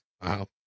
Wow